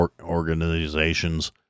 organizations